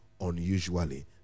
unusually